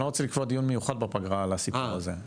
אני לא רוצה לקבוע דיון מיוחד בפגרה על הסיפור הזה.